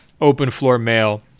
openfloormail